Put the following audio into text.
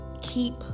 keep